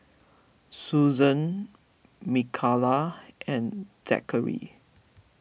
Susan Micayla and Zackary